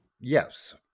yes